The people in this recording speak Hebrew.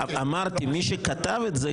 אמרתי מי שכתב את זה,